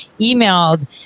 emailed